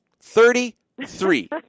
Thirty-three